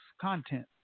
content